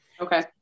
Okay